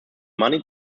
money